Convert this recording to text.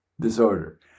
Disorder